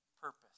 purpose